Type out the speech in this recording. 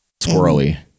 squirrely